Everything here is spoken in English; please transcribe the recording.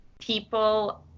people